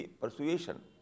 persuasion